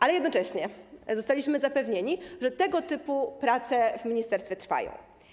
Ale jednocześnie zostaliśmy zapewnieni, że tego typu prace w ministerstwie trwają.